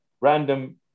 random